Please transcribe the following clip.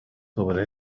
sobre